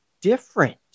different